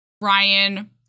Ryan